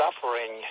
suffering